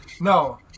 No